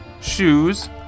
shoes